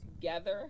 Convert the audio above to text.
together